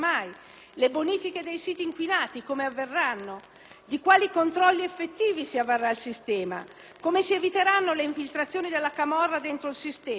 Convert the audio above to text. Le bonifiche dei siti inquinati come avverranno? Di quali controlli effettivi si avvarrà il sistema? Come si eviteranno le infiltrazioni della camorra dentro il sistema?